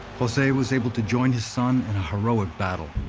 jose was able to join his son in a heroic battle.